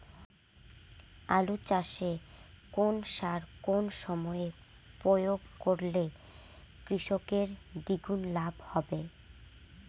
আলু চাষে কোন সার কোন সময়ে প্রয়োগ করলে কৃষকের দ্বিগুণ লাভ হবে?